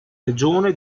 regione